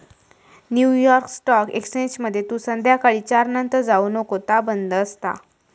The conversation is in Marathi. न्यू यॉर्क स्टॉक एक्सचेंजमध्ये तू संध्याकाळी चार नंतर जाऊ नको ता बंद असता